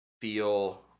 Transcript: feel